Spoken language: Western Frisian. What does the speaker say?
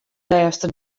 lêste